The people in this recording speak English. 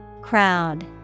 Crowd